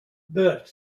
bert